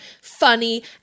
funny